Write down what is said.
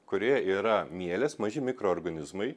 kurioje yra mielės maži mikroorganizmai